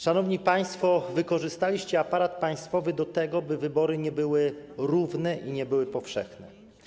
Szanowni państwo, wykorzystaliście aparat państwowy do tego, by wybory nie były równe i nie były powszechne.